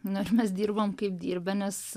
nors mes dirbom kaip dirbę nes